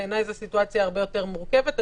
בעיניי זו סיטואציה הרבה יותר מורכבת.